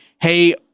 hey